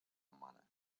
humana